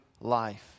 life